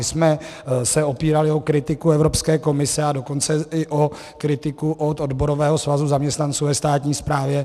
My jsme se opírali o kritiku Evropské komise, a dokonce i o kritiku od odborového svazu zaměstnanců ve státní správě.